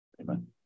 Amen